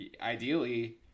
ideally